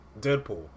Deadpool